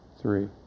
three